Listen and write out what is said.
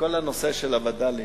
בכל הנושא של הווד"לים,